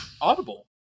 audible